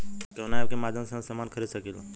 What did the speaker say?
कवना ऐपके माध्यम से हम समान खरीद सकीला?